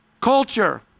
culture